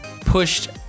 pushed